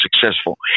successful